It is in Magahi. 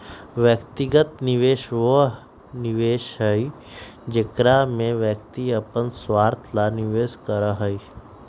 व्यक्तिगत निवेश वह निवेश हई जेकरा में व्यक्ति अपन स्वार्थ ला निवेश करा हई